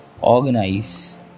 organize